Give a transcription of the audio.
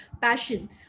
passion